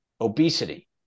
obesity